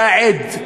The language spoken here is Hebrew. אתה עד,